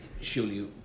surely